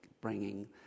bringing